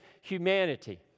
humanity